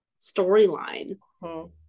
storyline